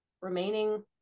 remaining